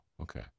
okay